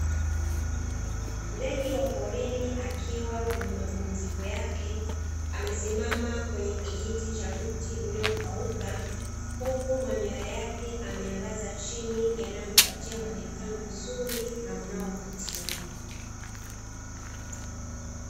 Ndege wa porini akiwa kwenye mapumziko yake amesimama kwenye kijiti cha mti uliokauka, huku manyoya yake ameyalaza chini yanayompatia muonekano mzuri na unaovutia.